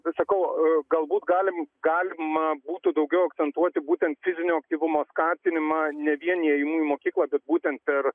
bet sakau galbūt galim galima būtų daugiau akcentuoti būtent fizinio aktyvumo skatinimą ne vien ėjimu į mokyklą bet būtent per